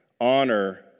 honor